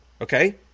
Okay